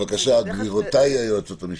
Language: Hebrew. בבקשה, גבירותיי היועצות המשפטיות.